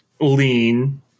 lean